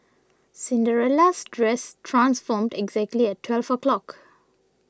Cinderella's dress transformed exactly at twelve o' clock